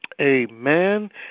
Amen